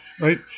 right